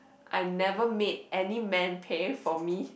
I never made any man pay for me